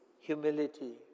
humility